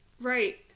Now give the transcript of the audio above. Right